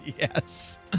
Yes